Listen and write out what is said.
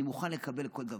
אני מוכן לקבל כל דבר.